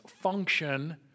function